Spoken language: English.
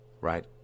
right